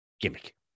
gimmick